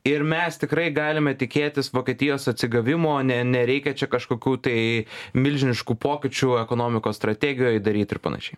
ir mes tikrai galime tikėtis vokietijos atsigavimo ne nereikia čia kažkokių tai milžiniškų pokyčių ekonomikos strategijoj daryt ir panašiai